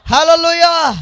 Hallelujah